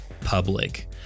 public